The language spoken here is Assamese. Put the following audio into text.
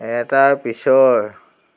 এটাৰ পিছৰ